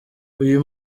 uyu